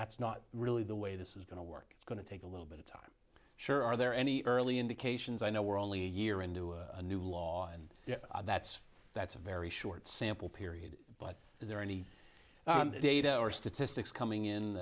that's not really the way this is going to work is going to take a little bit of time sure are there any early indications i know we're only a year into a new law and that's that's a very short sample period but is there any data or statistics coming in